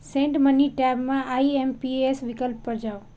send money tab मे IMPS विकल्प पर जाउ